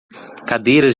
cadeiras